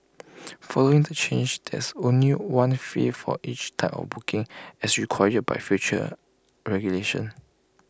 following the changes there is only one fee for each type of booking as required by future regulations